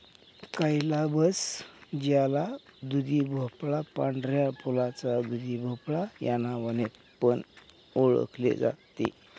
calabash ज्याला दुधीभोपळा, पांढऱ्या फुलाचा दुधीभोपळा या नावाने पण ओळखले जाते